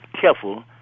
careful